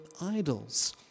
idols